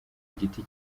giti